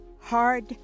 hard